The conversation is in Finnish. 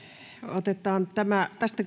otetaan tästä